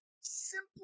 simply